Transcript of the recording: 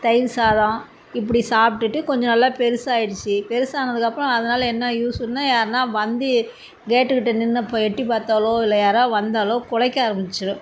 தயிர் சாதம் இப்படி சாப்பிடுட்டு கொஞ்சம் நல்லா பெருசாகிடுச்சி பெருசானதுக்கப்பறம் அதனால என்ன யூஸ்ஸுன்னா யாருன்னா வந்து கேட்டுகிட்ட நின்று இப்போ எட்டி பார்த்தாலோ இல்லை யாரா வந்தாலோ கொழைக்க ஆரமிச்சிடும்